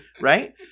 right